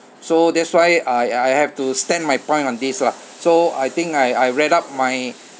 so that's why I I have to stand my point on this lah so I think I I read up my